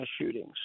shootings